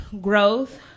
growth